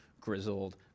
grizzled